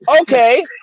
Okay